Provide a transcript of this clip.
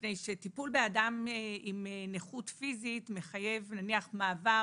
מפני שטיפול באדם עם נכות פיזית מחייב נניח מעבר